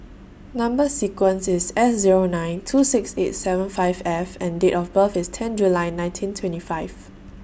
Number sequence IS S Zero nine two six eight seven five F and Date of birth IS ten July nineteen twenty five